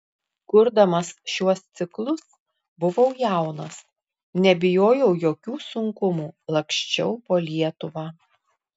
kurdamas šiuos ciklus buvau jaunas nebijojau jokių sunkumų laksčiau po lietuvą